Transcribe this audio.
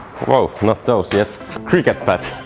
wow, not those yet cricket bat!